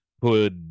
put